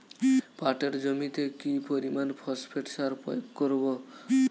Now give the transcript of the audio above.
পাটের জমিতে কি পরিমান ফসফেট সার প্রয়োগ করব?